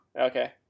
Okay